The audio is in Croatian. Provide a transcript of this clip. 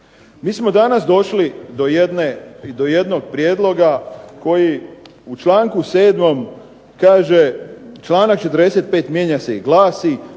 Mi smo danas došli do jednog prijedloga koji u članku 7. kaže: "Članak 45. mijenja se i glasi: